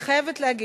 אני חייבת להגיד,